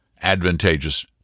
advantageous